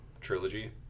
trilogy